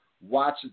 Watch